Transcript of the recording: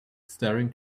staring